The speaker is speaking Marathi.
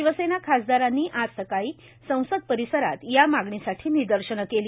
शिवसेना खासदारांनी आज सकाळी संसद परिसरात या मागणीसाठी निदर्शनं केली